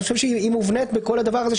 אני חושב שהיא מובנית בכל הדבר הזה,